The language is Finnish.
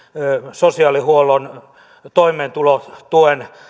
sosiaalihuollon toimeentulotuen